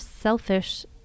selfish